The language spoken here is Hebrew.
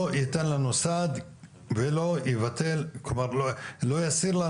לא ייתן לנו סעד ולא יבטל ולא יסיר לנו